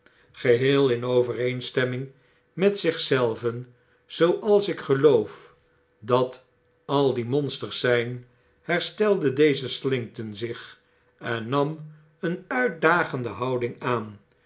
geheel in overeenstemming met zichzelven zooals ik geloof dat al die monsters zp herstelde deze slinkton zich en nam een uitdagende houding aan